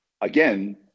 Again